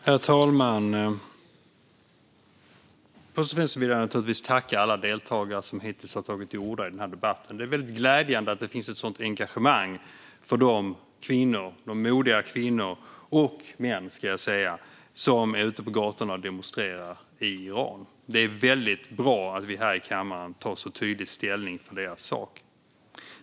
Herr talman! Först och främst vill jag naturligtvis tacka alla deltagare som hittills har tagit till orda i denna debatt. Det är väldigt glädjande att det finns ett sådant engagemang för de modiga kvinnor och män, ska jag säga, som är ute på gatorna och demonstrerar i Iran. Det är väldigt bra att vi här i kammaren så tydligt tar ställning för deras sak.